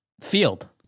field